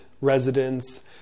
residents